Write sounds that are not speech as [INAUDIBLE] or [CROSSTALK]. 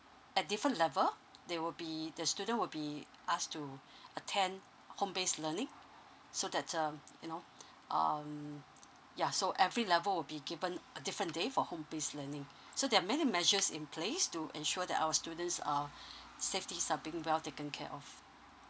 at different level they will be the student will be asked to [BREATH] attend home based learning so that um you know [BREATH] um ya so every level will be given a different day for home based learning so there are many measures in place to ensure that our students uh [BREATH] safety are being well taken care of